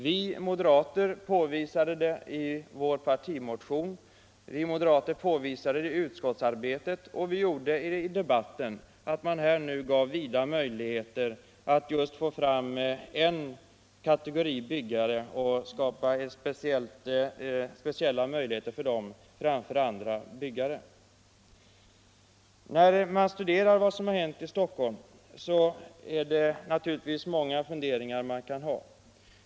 Vi moderater påvisade i vår partimotion, i utskottsarbetet och i debatten att man skapade vida möjligheter att just få fram en kategori byggare och ge dem speciella möjligheter framför andra byggare. När man studerar vad som hänt i Stockholm kan man naturligtvis ha många funderingar.